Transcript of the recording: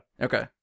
Okay